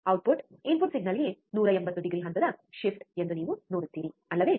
output input ಸಿಗ್ನಲ್ಗೆ 180 degree ಹಂತದ shift ಎಂದು ನೀವು ನೋಡುತ್ತೀರಿ ಅಲ್ಲವೇ